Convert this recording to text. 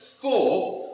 four